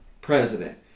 President